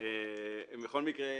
ברובם המכריע,